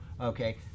Okay